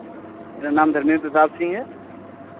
मेरा नाम धर्मेन्द्र प्रताप सिंह है